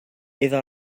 iddo